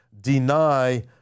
deny